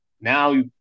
now